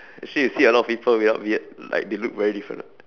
actually you see a lot of people without beard like they look very different [what]